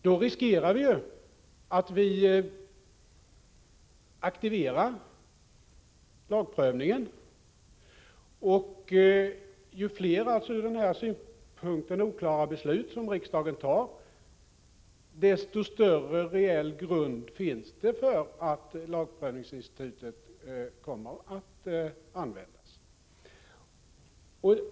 Då riskerar vi att vi aktiverar lagprövningen. Ju fler från denna synpunkt oklara beslut riksdagen fattar, desto större reell grund finns det för att lagprövningsinstitutet kommer att användas.